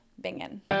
Bingen